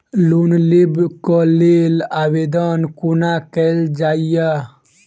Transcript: Loan लेबऽ कऽ लेल आवेदन कोना कैल जाइया?